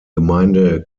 gemeinde